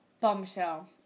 Bombshell